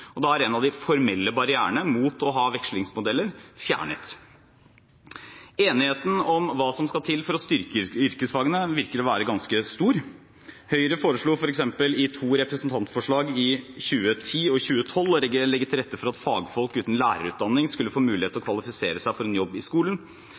og da er en av de formelle barrierene mot å ha vekslingsmodeller fjernet. Enigheten om hva som skal til for å styrke yrkesfagene virker å være ganske stor. Høyre foreslo f.eks. i to representantforslag, i 2010 og 2012, å legge til rette for at fagfolk uten lærerutdanning skulle få mulighet til å kvalifisere seg for en jobb i skolen,